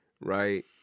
right